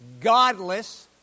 godless